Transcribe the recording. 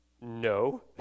No